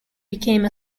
became